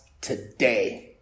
today